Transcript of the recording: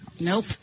Nope